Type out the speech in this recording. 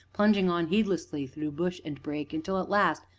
plunging on heedlessly through bush and brake until at last,